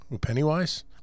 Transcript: pennywise